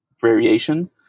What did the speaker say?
variation